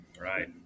Right